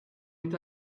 est